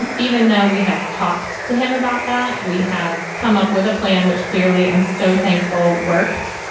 and even though we have talked to him about that. we have come up with a plan which clearly i'm so thankful worked.